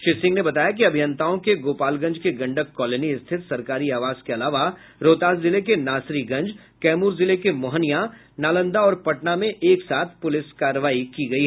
श्री सिंह ने बताया कि अभियंताओं के गोपालगंज के गंडक कॉलोनी स्थित सरकारी आवास के अलावा रोहतास जिले के नासरीगंज कैमूर जिले के मोहनिया नालंदा और पटना में एक साथ पुलिस की कार्रवाई की गयी